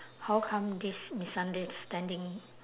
how come this misunderstanding